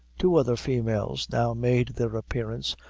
two other females now made their appearance,